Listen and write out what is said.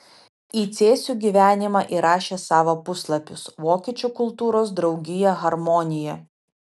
į cėsių gyvenimą įrašė savo puslapius vokiečių kultūros draugija harmonija